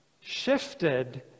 shifted